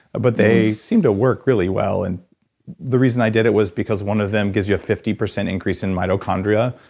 but they seem to work really well, and the reason i did it was because one of them gives you a fifty percent increase in mitochondria.